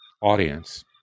audience